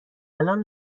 الان